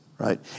right